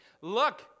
Look